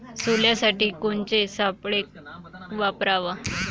सोल्यासाठी कोनचे सापळे वापराव?